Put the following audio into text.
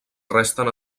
resten